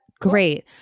Great